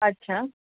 अच्छा